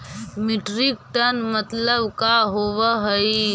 Metric ton मतलब का होव हइ?